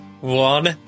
One